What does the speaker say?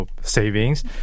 savings